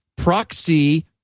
proxy